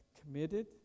committed